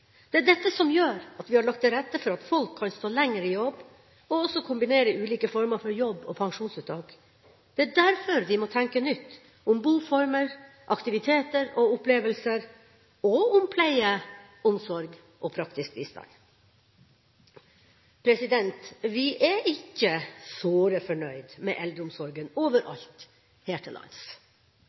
Det er dette som gjør at vi har lagt til rette for at folk kan stå lenger i jobb og også kan kombinere ulike former for jobb og pensjonsuttak. Det er derfor vi må tenke nytt om boformer, aktiviteter og opplevelser, og om pleie, omsorg og praktisk bistand. Vi er ikke såre fornøyd med eldreomsorgen overalt her til lands,